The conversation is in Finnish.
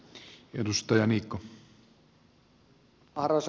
arvoisa puhemies